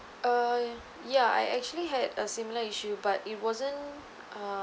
uh ya I actually had a similar issue but it wasn't uh